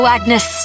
Agnes